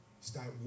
Start